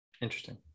Interesting